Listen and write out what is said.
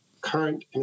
current